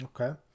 Okay